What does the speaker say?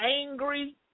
angry